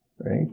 Right